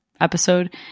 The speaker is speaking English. episode